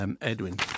Edwin